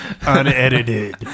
Unedited